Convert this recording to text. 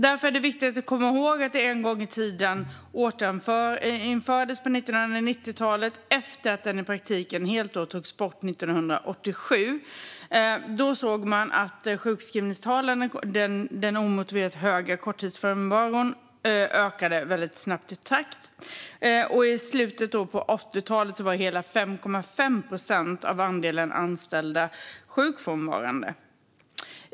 Det är viktigt att komma ihåg att den återinfördes på 1990-talet efter att 1987 i praktiken ha tagits bort helt. Man såg att sjukskrivningstalen för den omotiverat höga korttidsfrånvaron ökade i snabb takt. I slutet av 80-talet var hela 5,5 procent av andelen anställda sjukfrånvarande.